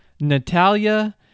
Natalia